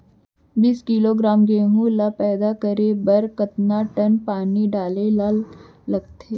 बीस किलोग्राम गेहूँ ल पैदा करे बर कतका टन पानी डाले ल लगथे?